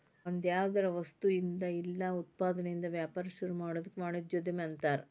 ಒಂದ್ಯಾವ್ದರ ವಸ್ತುಇಂದಾ ಇಲ್ಲಾ ಉತ್ಪನ್ನದಿಂದಾ ವ್ಯಾಪಾರ ಶುರುಮಾಡೊದಕ್ಕ ವಾಣಿಜ್ಯೊದ್ಯಮ ಅನ್ತಾರ